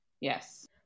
Yes